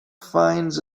finds